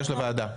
זה הוגש לוועדה.